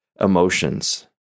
emotions